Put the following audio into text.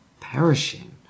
perishing